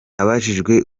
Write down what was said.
abajijwe